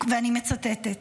אני מצטטת: